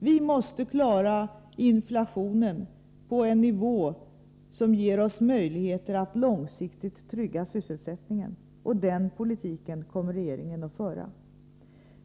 Vi måste klara inflationen på en nivå som ger oss möjligheter att långsiktigt trygga sysselsättningen, och den politiken kommer regeringen att föra.